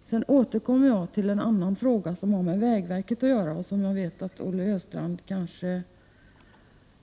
Jag skall återkomma senare till en fråga som har med vägverket att göra och som Olle Östrand kanske